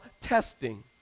testing